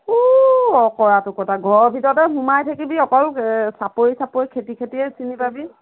উউ অঁকৰাটো কতা ঘৰৰ ভিতৰতে সোমাই থাকিবি অকল চাপৰি চাপৰি খেতি খেতিয়ে চিনি পাবি